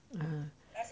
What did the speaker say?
ah